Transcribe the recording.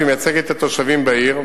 שמייצגת את התושבים בעיר,